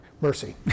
mercy